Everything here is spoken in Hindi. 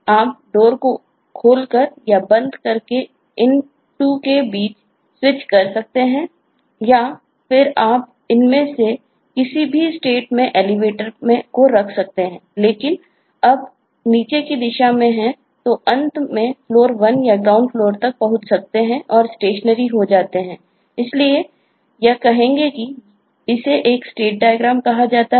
आप Door को खोलकर या बंद करके इन 2 के बीच स्विच कर सकते हैं या फिर आप इनमें से किसी भी स्टेट कहा जाएगा